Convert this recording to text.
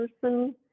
person